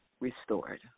restored